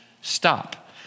stop